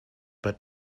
but